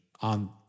on